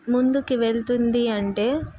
ముందుకు వెళ్తుంది అంటే